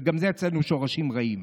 וגם זה אצלנו שורשים רעים.